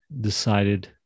decided